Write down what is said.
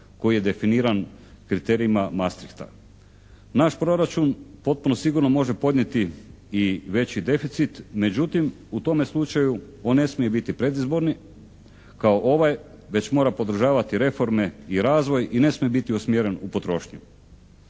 koji je definiran kriterijima mastrihta. Naš proračun potpuno sigurno može podnijeti i veći deficit, međutim u tome slučaju on ne smije biti predizborni kao ovaj već mora podržavati reforme i razvoj i ne smije biti usmjeren u potrošnju.